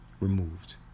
removed